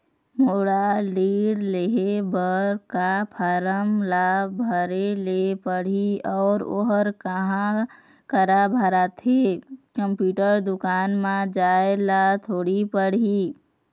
मोला ऋण लेहे बर का फार्म ला भरे ले पड़ही अऊ ओहर कहा करा भराथे, कंप्यूटर दुकान मा जाए ला थोड़ी पड़ही?